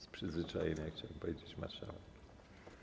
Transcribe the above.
Z przyzwyczajenia chciałem powiedzieć: marszałek.